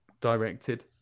directed